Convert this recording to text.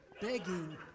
begging